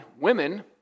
women